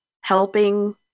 helping